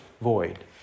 void